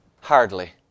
Hardly